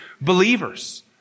believers